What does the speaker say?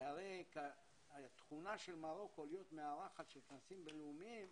הרי התכונה של מרוקו להיות מארחת של כנסים בינלאומיים,